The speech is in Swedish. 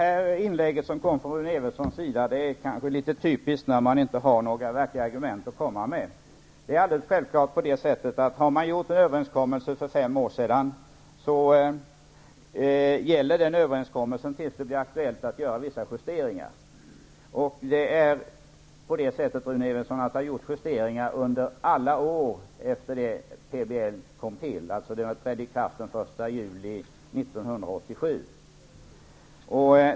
Fru talman! Rune Evenssons inlägg är typiskt för den som inte har några verkliga argument att komma med. Om man har träffat en överenskommelse för fem år sedan gäller den självfallet tills det blir aktuellt att göra vissa justeringar, och det har, Rune Evensson, gjorts justeringar under alla år sedan PBL trädde i kraft den 1 juli 1987.